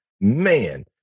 man